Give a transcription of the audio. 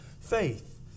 faith